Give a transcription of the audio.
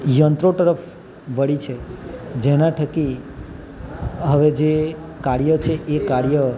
યંત્રો તરફ વળી છે જેના થકી હવે જે કાર્ય છે એ કાર્ય